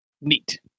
Neat